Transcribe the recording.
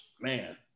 man